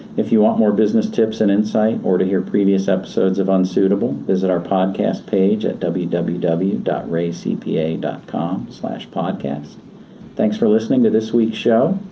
if you want more business tips and insight or to hear previous episodes of unsuitable, visit our podcast page at www www reacpa com podcast. thanks for listening to this week's show.